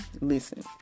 listen